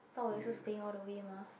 Dao-Wei also staying all the way mah